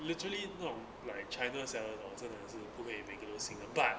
literally no like china seller lor 真的有是不可以每个人 singapore but